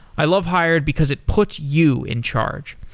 i love hired because it puts you in charge.